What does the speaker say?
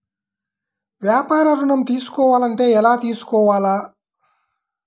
వ్యాపార ఋణం తీసుకోవాలంటే ఎలా తీసుకోవాలా?